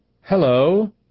hello